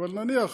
אבל נניח